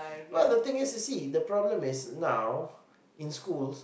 well the thing is you see the problem is now in schools